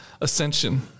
ascension